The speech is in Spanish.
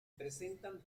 presentan